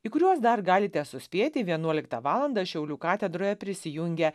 į kuriuos dar galite suspėti vienuoliktą valandą šiaulių katedroje prisijungę